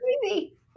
crazy